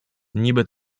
niby